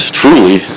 truly